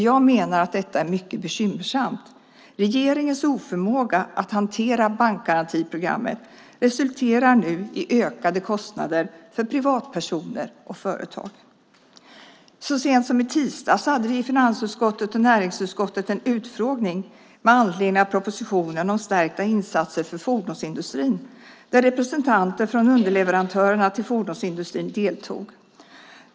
Jag menar att detta är mycket bekymmersamt. Regeringens oförmåga att hantera bankgarantiprogrammet resulterar i ökade kostnader för privatpersoner och företag. Så sent som i tisdags hade vi i finansutskottet och näringsutskottet en utfrågning med anledning av propositionen om stärkta insatser för fordonsindustrin, där representanter från underleverantörerna till fordonsindustrin deltog.